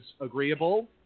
agreeable